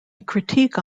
critique